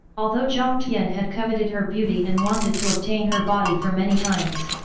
although jiang tian had coveted her beauty and wanted to obtain her body for many times,